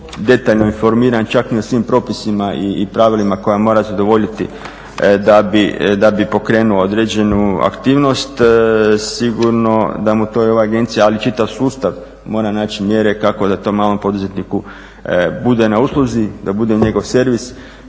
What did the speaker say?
detaljno informiran čak ni o svim propisima i pravilima koja mora zadovoljiti da bi pokrenuo određenu aktivnost. Sigurno da mu to i ova agencija ali i čitav sustav mora naći mjere kako da tom malom poduzetniku bude na usluzi, da bude njegov servis.